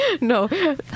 No